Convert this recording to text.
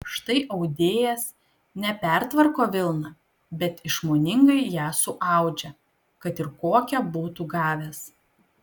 štai audėjas ne pertvarko vilną bet išmoningai ją suaudžia kad ir kokią būtų gavęs